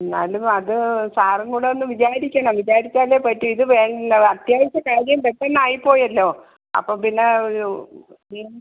എന്നാലും അത് സാറും കൂടെ ഒന്ന് വിചാരിക്കണം വിചാരിച്ചാലെ പറ്റു ഇത് വേണ്ണം അത്യാവശ്യ കാര്യം പെട്ടന്നായി പോയല്ലോ അപ്പോൾ പിന്നെ എന്ത്